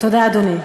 תודה, אדוני.